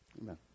Amen